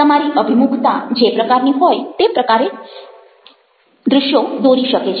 તમારી અભિમુખતા જે પ્રકારની હોય તે પ્રમાણે દ્રશ્યો દોરી શકે છે